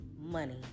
money